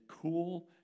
cool